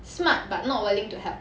smart but not willing to help